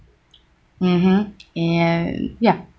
mmhmm and ya